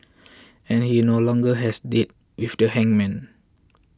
and he no longer has date with the hangman